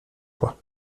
fois